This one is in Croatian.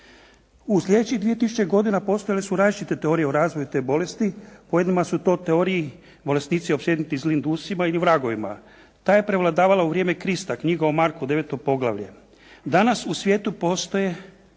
U sljedećih 2000 godina postojale su različite teorije o razvoju te bolesti, po jednoj su teoriji bolesnici opsjednuti zlim dusima ili vragovima. Ta je prevladavala u vrijeme Krista, "Knjiga o Marku", IX. poglavlje. Danas u svijetu postoje